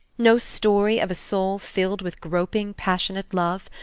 no story of a soul filled with groping passionate love,